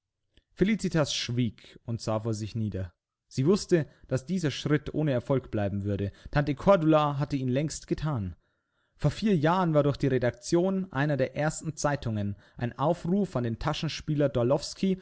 felicitas schwieg und sah vor sich nieder sie wußte daß dieser schritt ohne erfolg bleiben würde tante cordula hatte ihn längst gethan vor vier jahren war durch die redaktion einer der ersten zeitungen ein aufruf an den